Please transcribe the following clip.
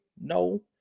no